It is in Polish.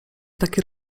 takie